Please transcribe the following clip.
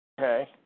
Okay